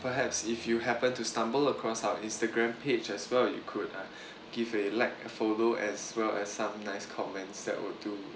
perhaps if you happened to stumble across our instagram page as well you could uh give a like follow as well as some nice comments that will do